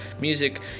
music